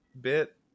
bit